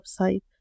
website